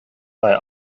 bei